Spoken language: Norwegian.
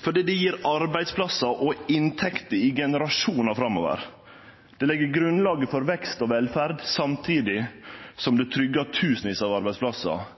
for det gjev arbeidsplassar og inntekter i generasjonar framover. Det legg grunnlaget for vekst og velferd samtidig som det trygger tusenvis av arbeidsplassar